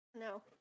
no